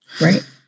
Right